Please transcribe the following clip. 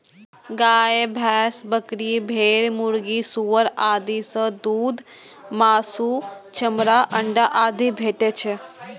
गाय, भैंस, बकरी, भेड़, मुर्गी, सुअर आदि सं दूध, मासु, चमड़ा, अंडा आदि भेटै छै